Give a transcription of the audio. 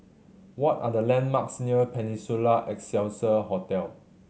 what are the landmarks near Peninsula Excelsior Hotel